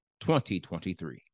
2023